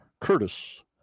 Curtis